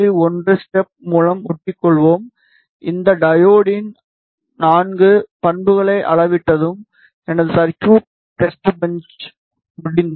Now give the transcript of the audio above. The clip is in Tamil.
1 ஸ்டெப் மூலம் ஒட்டிக்கொள்வோம் இந்த டையோடின் IV பண்புகளை அளவிட்டதும் எனது சர்க்யூட் டெஸ்ட்பெஞ்ச் முடிந்தது